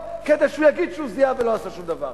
כדי שהוא יגיד שהוא זיהה ולא עשה שום דבר.